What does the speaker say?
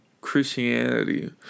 Christianity